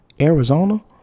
Arizona